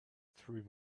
through